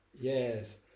Yes